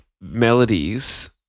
melodies